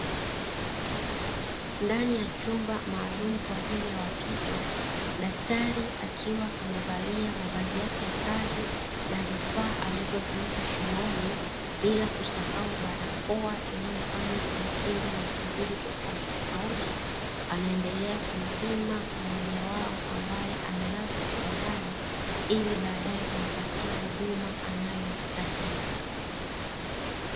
Ndani ya chumba maalumu kwa ajili ya watoto, daktari akiwa amevalia mavazi yake ya kazi na vifaa alivyoviweka shingoni bila kusahau barakoa inayomfanya kujikinga na vijidudu tofautitofauti, anaendelea kumpima mmoja wao ambaye amelazwa kitandani, ili baadaye kumpatia huduma anayostahili.